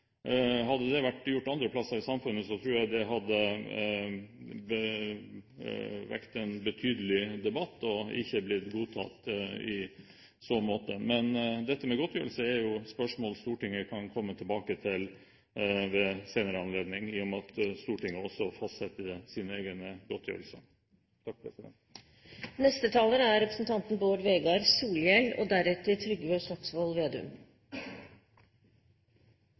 Hadde det vært gjort andre steder i samfunnet, tror jeg det hadde vakt betydelig debatt og ikke blitt godtatt. Men dette med godtgjørelse er jo et spørsmål Stortinget kan komme tilbake til ved en senere anledning i og med at Stortinget også fastsetter sine egne godtgjørelser.